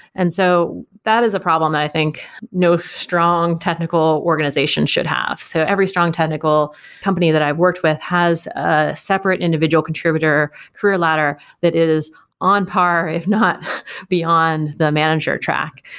and so that is a problem and i think no strong technical organization should have. so every strong technical company that i've worked with has a separate individual contributor career ladder that is on par, if not beyond the manager track,